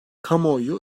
kamuoyu